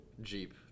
Jeep